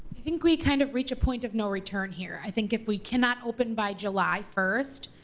think we kind of reach a point of no return here. i think if we cannot open by july first,